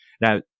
Now